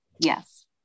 Yes